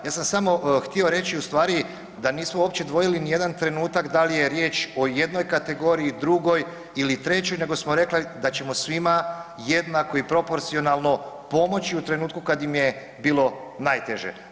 Ja sam samo htio reći u stvari da nismo uopće dvojili ni jedan trenutak da li je riječ o jednoj kategoriji, drugoj ili trećoj nego smo rekli da ćemo svima jednako i proporcionalno pomoći u trenutku kad im je bilo najteže.